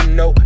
no